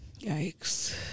Yikes